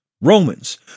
Romans